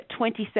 27